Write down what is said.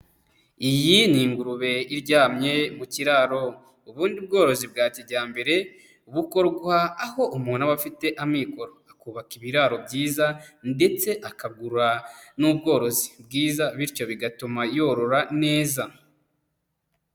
Iyi ni ingurube iryamye mu kiraro, ubundi ubworozi bwa kijyambere bukorwa aho umuntu aba afite amikoro, akubaka ibiraro byiza, ndetse akagura n'ubworozi bwiza, bityo bigatuma yorora neza.